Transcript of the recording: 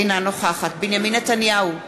אינה נוכחת בנימין נתניהו,